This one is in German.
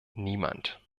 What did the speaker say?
niemand